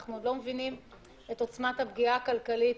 אנחנו עוד לא מבינים את עוצמת הפגיעה הכלכלית